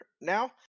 now